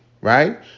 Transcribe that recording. Right